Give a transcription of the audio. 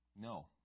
No